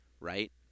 right